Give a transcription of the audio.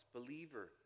believer